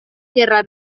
guerra